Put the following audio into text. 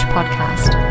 Podcast